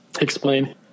Explain